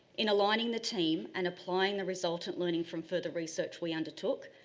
in aligning the team and applying the result of learning from further research we undertook,